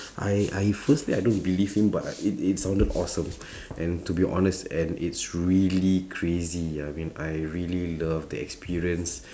I I firstly I don't believe him but uh it it sounded awesome and to be honest and it's really crazy I mean I really love the experience